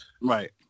Right